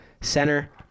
center